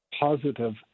Positive